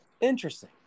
Interesting